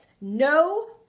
no